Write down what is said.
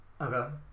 Okay